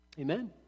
Amen